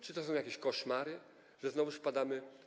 Czy to są jakieś koszmary, że znowu spadamy?